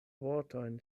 vortojn